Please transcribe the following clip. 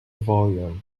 volume